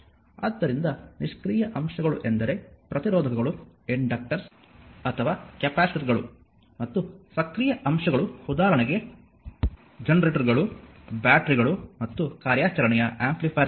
ಆದ್ದರಿಂದ ನಿಷ್ಕ್ರಿಯ ಅಂಶಗಳು ಎಂದರೆ ಪ್ರತಿರೋಧಕಗಳು ಇಂಡ್ಯೂಕ್ಟರ್ಸ್ ಅಥವಾ ಕೆಪಾಸಿಟರ್ಗಳು ಮತ್ತು ಸಕ್ರಿಯ ಅಂಶಗಳು ಉದಾಹರಣೆಗೆ ಜನರೇಟರ್ಗಳು ಬ್ಯಾಟರಿಗಳು ಮತ್ತು ಕಾರ್ಯಾಚರಣೆಯ ಆಂಪ್ಲಿಫೈಯರ್ಗಳು